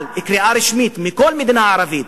אבל בקריאה רשמית מכל מדינה ערבית,